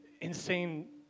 insane